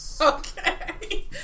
Okay